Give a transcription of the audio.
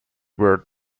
word